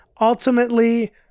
Ultimately